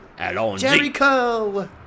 Jericho